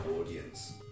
audience